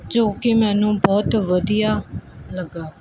ਜੋ ਕਿ ਮੈਨੂੰ ਬਹੁਤ ਵਧੀਆ ਲੱਗਿਆ